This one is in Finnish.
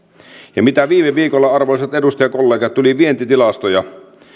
ne mitä viime viikolla arvoisat edustajakollegat tuli vientitilastoja